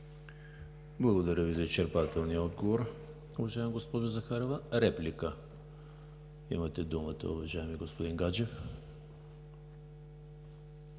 Благодаря Ви за изчерпателния отговор, уважаема госпожо Захариева. Реплика? Имате думата, уважаеми господин Гаджев.